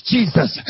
Jesus